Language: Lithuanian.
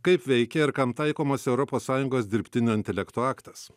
kaip veikia ir kam taikomos europos sąjungos dirbtinio intelekto aktas